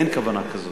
אין כוונה כזאת.